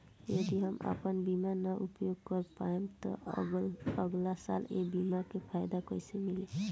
यदि हम आपन बीमा ना उपयोग कर पाएम त अगलासाल ए बीमा के फाइदा कइसे मिली?